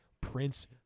Prince